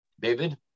David